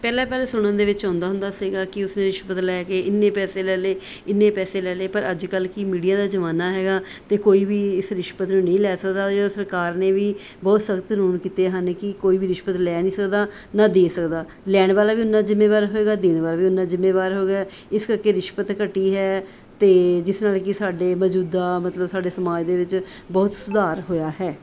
ਪਹਿਲਾਂ ਪਹਿਲ ਸੁਣਨ ਦੇ ਵਿੱਚ ਆਉਂਦਾ ਹੁੰਦਾ ਸੀਗਾ ਕਿ ਉਸਨੇ ਰਿਸ਼ਵਤ ਲੈ ਕੇ ਇੰਨੇ ਪੈਸੇ ਲੈ ਲਏ ਇੰਨੇ ਪੈਸੇ ਲੈ ਲਏ ਪਰ ਅੱਜ ਕੱਲ ਕਿ ਮੀਡੀਆ ਦਾ ਜ਼ਮਾਨਾ ਹੈਗਾ ਅਤੇ ਕੋਈ ਵੀ ਇਸ ਰਿਸ਼ਵਤ ਨੂੰ ਨਹੀਂ ਲੈ ਸਕਦਾ ਜਾਂ ਸਰਕਾਰ ਨੇ ਵੀ ਬਹੁਤ ਸਖਤ ਰੂਲ ਕੀਤੇ ਹਨ ਕਿ ਕੋਈ ਵੀ ਰਿਸ਼ਵਤ ਲੈ ਨਹੀਂ ਸਕਦਾ ਨਾ ਦੇ ਸਕਦਾ ਲੈਣ ਵਾਲਾ ਵੀ ਉੱਨਾ ਜਿੰਮੇਵਾਰ ਹੋਵੇਗਾ ਦੇਣ ਵਾਲਾ ਵੀ ਉੱਨਾ ਜਿੰਮੇਵਾਰ ਹੋ ਗਿਆ ਇਸ ਕਰਕੇ ਰਿਸ਼ਵਤ ਘਟੀ ਹੈ ਅਤੇ ਜਿਸ ਨਾਲ ਕਿ ਸਾਡੇ ਮੌਜੂਦਾ ਮਤਲਬ ਸਾਡੇ ਸਮਾਜ ਦੇ ਵਿੱਚ ਬਹੁਤ ਸੁਧਾਰ ਹੋਇਆ ਹੈ